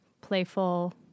playful